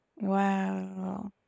Wow